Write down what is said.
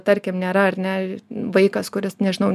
tarkim nėra ar ne vaikas kuris nežinau